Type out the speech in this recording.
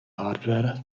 hardware